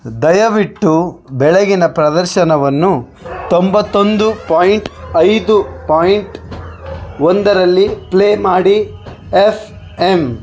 ದಯವಿಟ್ಟು ಬೆಳಗಿನ ಪ್ರದರ್ಶನವನ್ನು ತೊಂಬತ್ತೊಂದು ಪಾಯಿಂಟ್ ಐದು ಪಾಯಿಂಟ್ ಒಂದರಲ್ಲಿ ಪ್ಲೇ ಮಾಡಿ ಎಫ್ ಎಂ